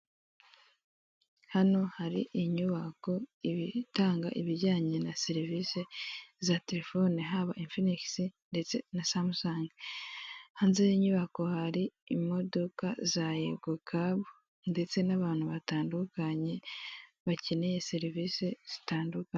Hano hari inyubako itanga ibijyanye na serivisi za telefone haba ifinigisi ndetse na samusangi hanze yinyubako hari imodoka za yego kabu ndetse n'abantu batandukanye bakeneye serivisi zitandukanye.